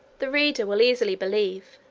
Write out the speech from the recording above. the reader will easily believe,